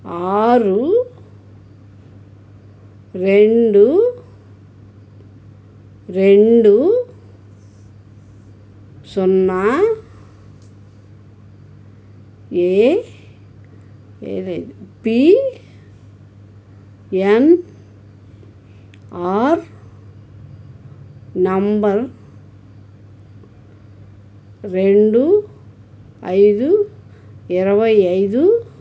ఆరు రెండు రెండు సున్నా A P N R number రెండు ఐదు ఇరవై ఐదు